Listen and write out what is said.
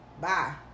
Bye